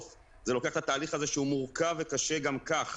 זה לוקח את התהליך הזה שהוא מורכב וקשה גם ככה,